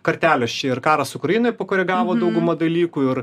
kartelės čia ir karas ukrainoj pakoregavo daugumą dalykų ir